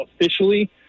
officially